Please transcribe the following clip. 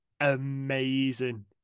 amazing